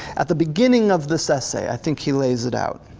at the beginning of this essay, i think he lays it out.